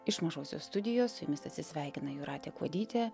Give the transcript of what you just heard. iš mažosios studijos su jumis atsisveikina jūratė kuodytė